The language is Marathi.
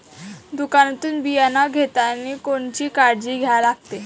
दुकानातून बियानं घेतानी कोनची काळजी घ्या लागते?